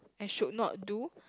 and should not do